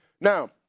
Now